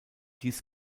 dies